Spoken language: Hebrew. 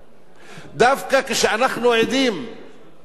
דווקא כשאנחנו עדים להתרחבות